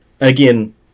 Again